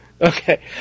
Okay